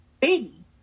Baby